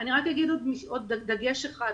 אני רק אגיד עוד דגש אחד,